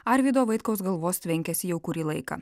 arvydo vaitkaus galvos tvenkiasi jau kurį laiką